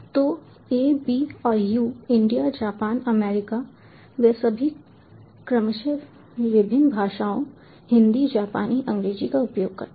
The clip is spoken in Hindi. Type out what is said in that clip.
तो A B और U इंडिया जापान अमेरिका वे सभी क्रमशः विभिन्न भाषाओं हिंदी जापानी अंग्रेजी का उपयोग करते हैं